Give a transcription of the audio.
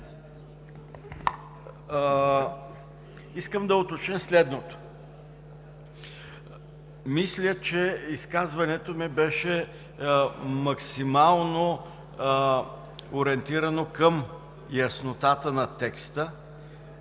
искам да уточня следното. Мисля, че изказването ми беше максимално ориентирано към яснотата на текста